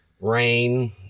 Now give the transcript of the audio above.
rain